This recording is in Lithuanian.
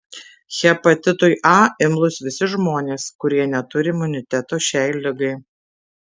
hepatitui a imlūs visi žmonės kurie neturi imuniteto šiai ligai